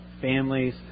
families